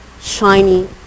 shiny